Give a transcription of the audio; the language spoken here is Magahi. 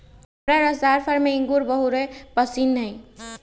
हमरा रसदार फल सभ में इंगूर बहुरे पशिन्न हइ